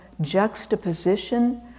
juxtaposition